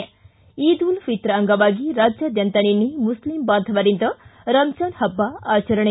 ಿಕ ಈದ್ ಉಲ್ ಫಿತ್ರ್ ಅಂಗವಾಗಿ ರಾಜ್ಯಾದ್ಯಂತ ನಿನ್ನೆ ಮುಸ್ಲಿ ಬಾಂಧವರಿಂದ ರಮಜಾನ್ ಹಬ್ಬ ಆಚರಣೆ